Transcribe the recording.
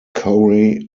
corey